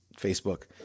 Facebook